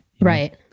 Right